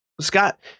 Scott